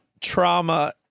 trauma